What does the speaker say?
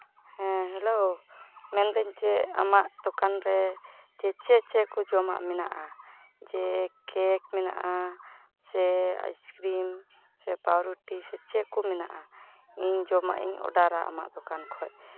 ᱦᱮᱸ ᱦᱮᱞᱳ ᱢᱮᱱᱫᱟᱹᱧ ᱪᱮᱫ ᱟᱢᱟᱜ ᱫᱚᱠᱟᱱ ᱨᱮ ᱡᱮ ᱪᱮᱫ ᱪᱮᱫ ᱠᱚ ᱡᱚᱢᱟᱜ ᱢᱮᱱᱟᱜᱼᱟ ᱡᱮ ᱠᱮᱹᱠ ᱢᱮᱱᱟᱜᱼᱟ ᱥᱮ ᱟᱭᱤᱥᱠᱨᱤᱢ ᱥᱮ ᱯᱟᱣᱨᱩᱴᱤ ᱥᱮ ᱪᱮᱫ ᱠᱚ ᱢᱮᱱᱟᱜᱼᱟ ᱤᱧ ᱡᱚᱢᱟᱜ ᱤᱧ ᱚᱰᱟᱨᱟ ᱟᱢᱟᱜ ᱫᱚᱠᱟᱱ ᱠᱷᱚᱡ